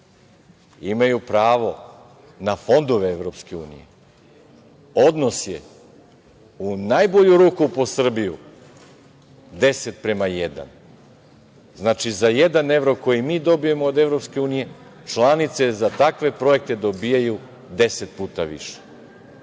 imaju pravo na fondove EU. Odnos je u najbolju ruku po Srbiju deset prema jedan. Znači, za jedan evro koji mi dobijemo od EU, članice za takve projekte dobijaju deset puta